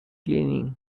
cleaning